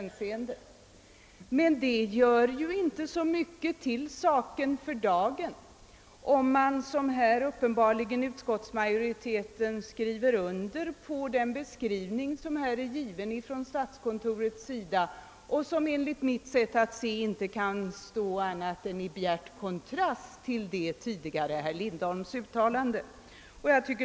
Men det gör inte mycket till saken för dagen om man, som utskottsmajoriteten gör, skriver under den beskrivning som statskontoret har givit och som enligt mitt sätt att se står i bjärt kontrast till herr Lindholms tidigare uttalanden.